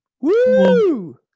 Woo